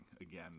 again